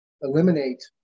eliminate